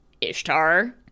Ishtar